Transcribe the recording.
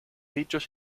dichos